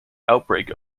outbreak